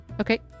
Okay